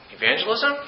evangelism